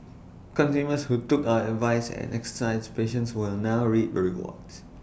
consumers who took our advice and exercised patience will now reap the rewards